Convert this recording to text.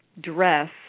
dress